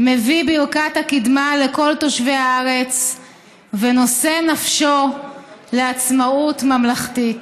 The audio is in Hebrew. מביא ברכת הקדמה לכל תושבי הארץ ונושא נפשו לעצמאות ממלכתית.